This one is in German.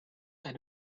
eine